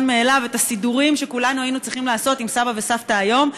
מאליו את הסידורים שכולנו היינו צריכים לעשות עם סבא וסבתא היום.